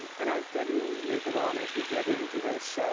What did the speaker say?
and i'll tell you later on as we get into this,